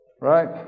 Right